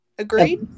Agreed